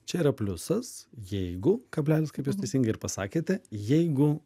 čia yra pliusas jeigu kablelis kaip jūs teisingai ir pasakėte jeigu